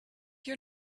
your